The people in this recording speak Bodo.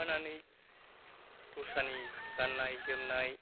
थाफानानै दस्रानि गान्नाय जोमनाय